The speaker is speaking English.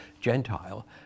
Gentile